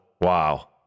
Wow